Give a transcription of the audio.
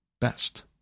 best